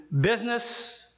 business